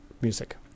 music